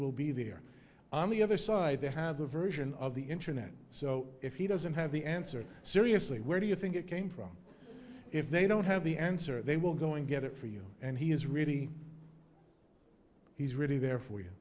will be there on the other side they have their version of the internet so if he doesn't have the answer seriously where do you think it came from if they don't have the answer they will going to get it for you and he is really he's really there for you